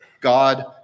God